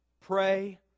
pray